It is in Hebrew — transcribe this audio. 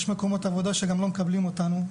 יש מקומות עבודה שגם לא מקבלים אותנו,